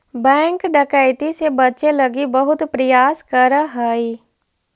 bank bank डकैती से बचे लगी बहुत प्रयास करऽ हइ